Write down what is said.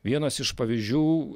vienas iš pavyzdžių